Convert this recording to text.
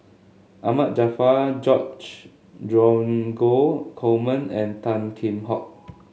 Ahmad Jaafar George Dromgold Coleman and Tan Kheam Hock